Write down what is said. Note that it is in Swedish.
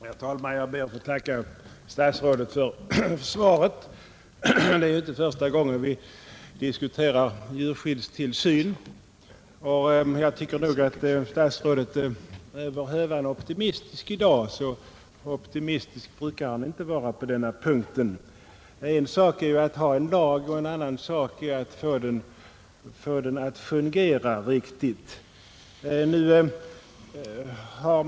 Herr talman! Jag ber att få tacka statsrådet för svaret. Det är inte första gången vi diskuterar djurskyddstillsyn, och jag tycker att statsrådet är över hövan optimistisk i dag — så optimistisk brukar statsrådet inte vara när det gäller dessa frågor. En sak är att ha en lag, och en annan sak är att få den att fungera.